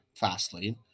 Fastlane